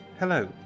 hello